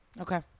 Okay